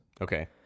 Okay